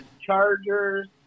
Chargers